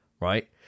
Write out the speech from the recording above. right